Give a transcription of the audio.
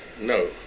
No